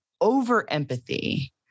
over-empathy